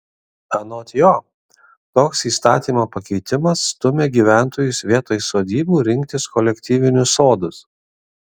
anot jo toks įstatymo pakeitimas stumia gyventojus vietoj sodybų rinktis kolektyvinius sodus